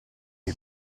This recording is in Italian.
che